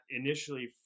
initially